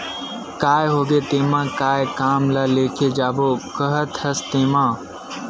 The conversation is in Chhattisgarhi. काय होगे तेमा काय काम ल लेके जाबो काहत हस तेंमा?